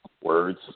words